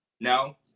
No